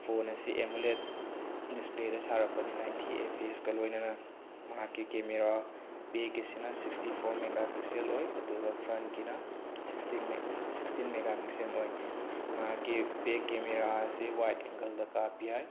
phone ꯑꯁꯤ AMOLED ꯗꯤꯁꯄ꯭ꯂꯦꯗ ꯁꯥꯔꯛꯄꯅꯤ ꯅꯥꯏꯟꯇꯤ ꯑꯦꯐ ꯄꯤ ꯑꯦꯁꯀ ꯂꯣꯏꯅꯅ ꯃꯍꯥꯛꯀꯤ ꯀꯦꯃꯦꯔꯥ ꯕꯦꯛꯀꯤꯁꯤꯅ ꯁꯤꯛꯁꯇꯤ ꯐꯣꯔ ꯃꯦꯒꯥ ꯄꯤꯛꯁꯦꯜ ꯑꯣꯏ ꯑꯗꯨꯒ ꯐ꯭ꯔꯟꯀꯤꯅ ꯁꯤꯛꯁꯇꯤꯟ ꯃꯦꯒꯥ ꯄꯤꯛꯁꯦꯜ ꯑꯣꯏ ꯃꯍꯥꯛꯀꯤ ꯕꯦꯛ ꯀꯦꯃꯦꯔꯥꯁꯤ ꯋꯥꯏꯗ ꯑꯦꯡꯒꯂꯗ ꯀꯥꯞꯄ ꯌꯥꯏ